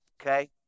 Okay